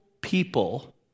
people